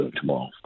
tomorrow